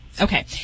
Okay